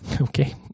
Okay